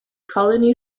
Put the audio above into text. colony